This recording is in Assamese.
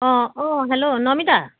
অঁ অঁ হেল্ল' নমিতা